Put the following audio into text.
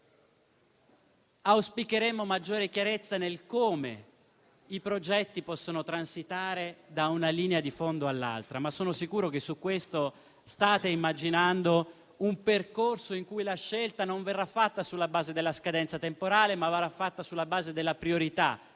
auspicheremmo maggiore chiarezza sul modo in cui i progetti possono transitare da una linea di fondo all'altra, ma sono sicuro che su questo state immaginando un percorso in cui la scelta non verrà fatta sulla base della scadenza temporale, ma della priorità